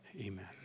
Amen